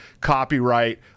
Copyright